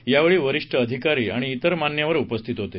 यावेळी वरिष्ठ अधिकारी आणि विर मान्यवर उपस्थित होते